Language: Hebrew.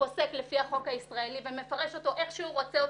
שפוסק לפי החוק הישראלי ומפרש אותו איך שהוא רוצה אותו,